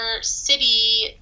city